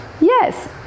yes